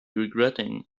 regretting